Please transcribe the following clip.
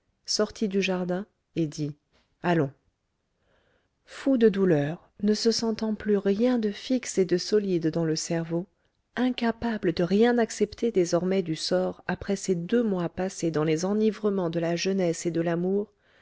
sortit du jardin et dit allons fou de douleur ne se sentant plus rien de fixe et de solide dans le cerveau incapable de rien accepter désormais du sort après ces deux mois passés dans les enivrements de la jeunesse et de l'amour